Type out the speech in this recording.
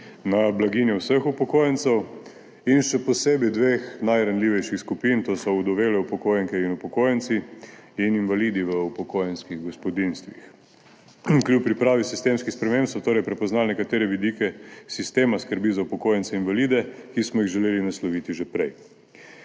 na blaginjo vseh upokojencev in še posebej dveh najranljivejših skupin, to so ovdovele upokojenke in upokojenci in invalidi v upokojenskih gospodinjstvih. Kljub pripravi sistemskih sprememb so torej prepoznali nekatere vidike sistema skrbi za upokojence in invalide, ki smo jih želeli nasloviti že prej.